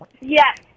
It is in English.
Yes